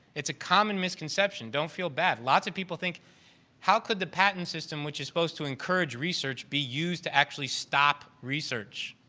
it's a common misconception. don't feel bad. lots of people think how could the patent system, which is suppose to encourage research be used to actually stop research?